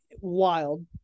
Wild